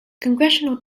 congressional